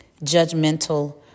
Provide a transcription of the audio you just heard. judgmental